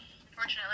Unfortunately